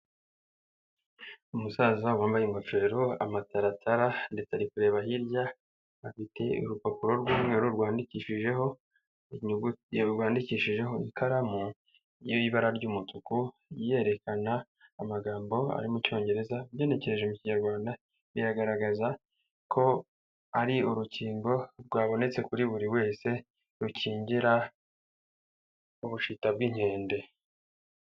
Umusaza wambaye ingofe rero amataratara ndetse ari kureba hirya afitetiye urupapuro rw'umweru rwandikishijeho rwandikishijeho ikaramu ye y'ibara ry'umutuku yiyerekana amagambo ari mu cyongereza yenekereje mu kinyarwanda biragaragaza ko ari urukingo rwabonetse kuri buri wese rukingira ubushita bw'inkende.